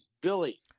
Billy